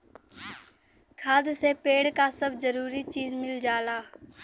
खाद से पेड़ क सब जरूरी चीज मिल जाला